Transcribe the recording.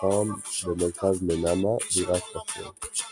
ממוקם במרכז מנאמה, בירת בחריין.